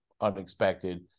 unexpected